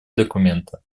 документа